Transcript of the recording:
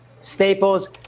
staples